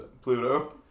Pluto